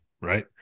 right